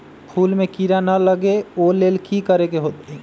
फूल में किरा ना लगे ओ लेल कि करे के होतई?